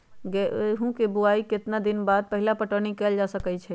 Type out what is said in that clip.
गेंहू के बोआई के केतना दिन बाद पहिला पटौनी कैल जा सकैछि?